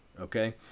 Okay